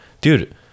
Dude